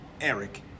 Eric